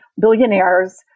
billionaires